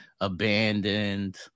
abandoned